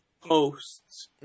Posts